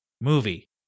movie